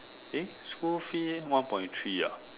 eh school fee eh one point three ah